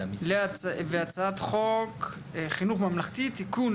והצעת חוק חינוך ממלכתי (תיקון,